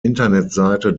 internetseite